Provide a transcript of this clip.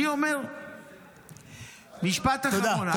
משפט אחרון.